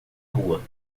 rua